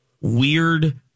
weird